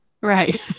Right